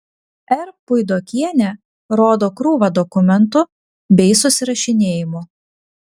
r puidokienė rodo krūvą dokumentų bei susirašinėjimų